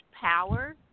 power